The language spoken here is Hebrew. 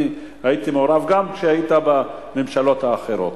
אני הייתי מעורב גם כשהיית בממשלות האחרות.